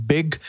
Big